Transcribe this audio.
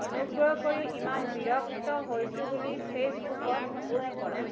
অনুগ্ৰহ কৰি ইমান বিৰক্ত হৈছোঁ বুলি ফে'চবুকত পোষ্ট কৰা